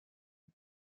and